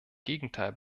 gegenteil